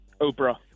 Oprah